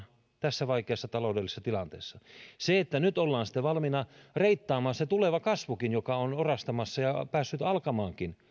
tässä vaikeassa taloudellisessa tilanteessa nyt ollaan sitten valmiina reittaamaan se tuleva kasvukin joka on orastamassa ja päässyt alkamaankin